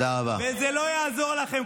וזה לא יעזור לכם,